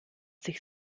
sich